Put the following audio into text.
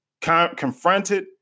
confronted